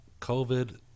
COVID